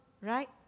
right